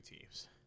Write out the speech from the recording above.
teams